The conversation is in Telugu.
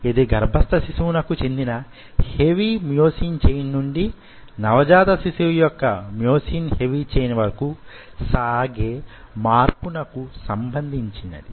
యిది గర్భస్థ శిశువునకు చెందిన హెవీ మ్యోసిన్ ఛైన్ నుండి నవజాత శిశువు యొక్క మ్యోసిన్ హెవీ ఛైన్ వరకు సాగే మార్పునకు సంబంధించినది